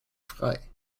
frei